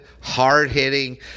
hard-hitting